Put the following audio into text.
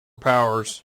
powers